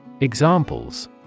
Examples